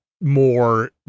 more